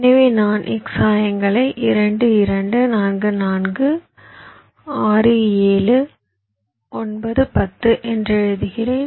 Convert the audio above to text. எனவே நான் x ஆயங்களை 2 2 4 4 6 7 9 10 என்று எழுதுகிறேன்